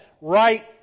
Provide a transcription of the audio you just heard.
right